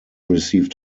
received